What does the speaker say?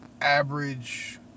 average